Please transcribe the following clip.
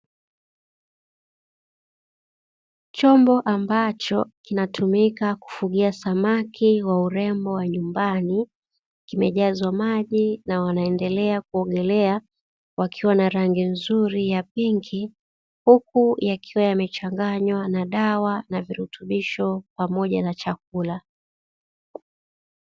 Chombo ambacho kinatumika kufugia samaki wa urembo wa nyumbani kimejazwa maji na wanaendelea kuogelea wakiwa na rangi nzuri ya pinki, huku yakiwa yamechanganywa na dawa na virutubisho pamoja na chakula.